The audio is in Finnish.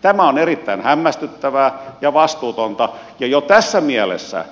tämä on erittäin hämmästyttävää ja vastuutonta ja jo tässä mielessä